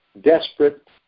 desperate